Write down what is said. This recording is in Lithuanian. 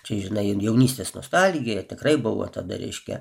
čia žinai jaunystės nostalgija tikrai buvo tada reiškia